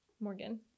morgan